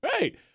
Right